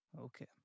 Okay